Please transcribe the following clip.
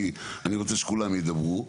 כי אני רוצה שכולם ידברו.